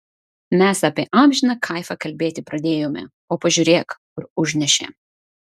mes apie amžiną kaifą kalbėti pradėjome o pažiūrėk kur užnešė